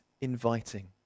inviting